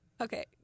Okay